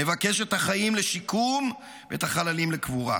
נבקש את החיים לשיקום ואת החללים לקבורה.